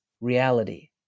reality